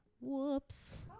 Whoops